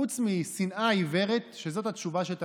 לא רצינו להעיר לה הערות ביניים,